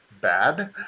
bad